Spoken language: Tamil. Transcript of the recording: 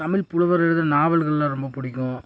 தமிழ் புலவர்கள் எழுதின நாவல்கள்லாம் ரொம்ப பிடிக்கும்